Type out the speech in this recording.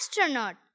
astronaut